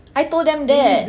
I told them that